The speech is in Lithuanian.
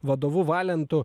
vadovu valentu